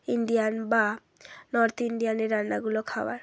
Indian বা north ইন্ডিয়ানের রান্নাগুলো খাওয়ার